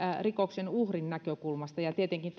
rikoksen uhrin näkökulmasta tietenkin